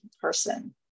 person